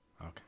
Okay